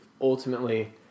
ultimately